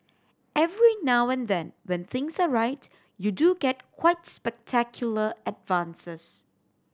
every now and then when things are right you do get quite spectacular advances